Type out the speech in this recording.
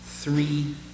Three